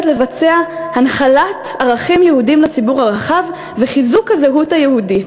לבצע הנחלת ערכים יהודיים לציבור הרחב וחיזוק הזהות היהודית.